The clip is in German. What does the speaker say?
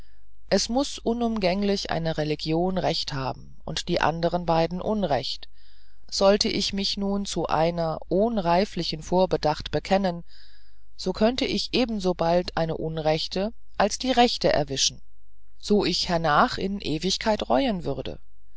es muß unumgänglich eine religion recht haben und die andern beide unrecht sollte ich mich nun zu einer ohn reiflichen vorbedacht bekennen so könnte ich ebensobald eine unrechte als die rechte erwischen so mich hernach in ewigkeit reuen würde